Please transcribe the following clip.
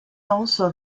also